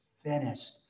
finished